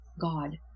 God